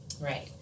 Right